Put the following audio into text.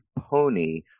pony